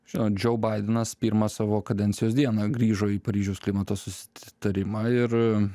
žinot džou baidenas pirmą savo kadencijos dieną grįžo į paryžiaus klimato susitarimą ir